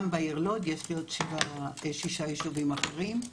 גם בעיר לוד, יש לי עוד שישה יישובים אחרים.